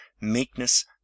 meekness